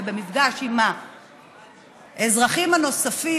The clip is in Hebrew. ובמפגש עם האזרחים הנוספים,